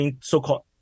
so-called